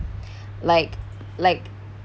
like like